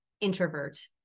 introvert